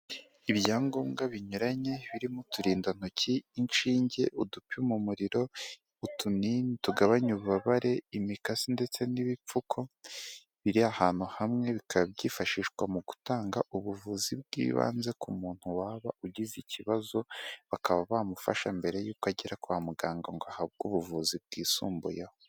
Ibyangombwa binyuranye birimo uturindantoki, inshinge, udupima umuriro, utunini tugabanya ububabare, imikasi ndetse n'ibipfuko biri ahantutu hamwe bika byifashishwa mu gutanga ubuvuzi bw'ibanze ku muntu waba ugize ikibazo bakaba bamufasha mbere y'uko agera kwa muganga ngo ahabwe ubuvuzi bwisumbuyeho.